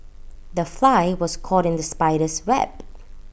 the fly was caught in the spider's web